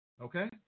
Okay